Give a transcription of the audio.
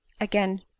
again